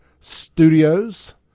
Studios